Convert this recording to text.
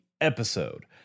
episode